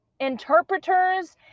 interpreters